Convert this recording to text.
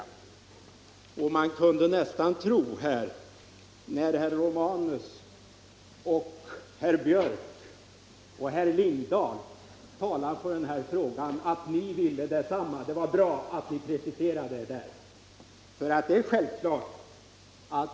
När herr Romanus, herr Björck i Nässjö och herr Lindahl i Hamburgsund talar i den här frågan skulle man nästan kunna tro att ni vill detsamma. Det var bra att ni preciserade era ståndpunkter.